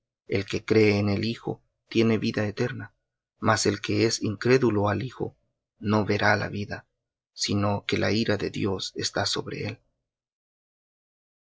el que cree en el hijo tiene vida eterna mas el que es incrédulo al hijo no verá la vida sino que la ira de dios está sobre él